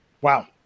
Wow